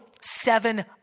seven